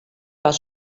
bat